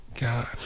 God